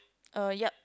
uh yup